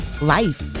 life